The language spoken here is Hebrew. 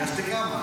הגשתי כמה.